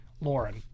lauren